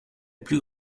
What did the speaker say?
plus